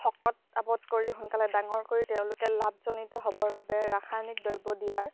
শকত আৱত কৰি সোনকালে ডাঙৰ কৰি সোনকালে লাভজনিত হ'বৰ বাবে ৰাসায়নিক দ্ৰব্য দিয়াৰ